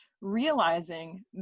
realizing